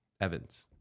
Evans